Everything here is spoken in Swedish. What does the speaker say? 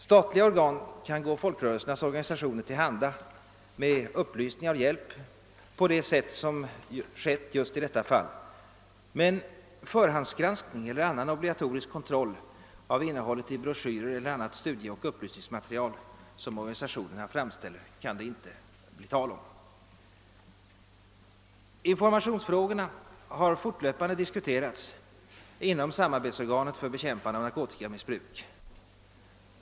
Statliga organ kan gå folkrörelsernas organisationer till handa med upplysningar och hjälp på det sätt som skett i detta fall, men förhandsgranskning eller annan obligatorisk kontroll av innehållet i broschyrer eller annat studieoch upplysningsmaterial som organisationerna framställer kan det inte bli tal om. Informationsfrågorna har fortlöpande diskuterats inom samarbetsorganet för bekämpande av narkotikamissbruk.